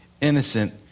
innocent